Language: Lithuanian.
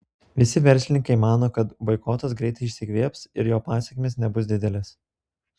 visi verslininkai mano kad boikotas greitai išsikvėps ir jo pasekmės nebus didelės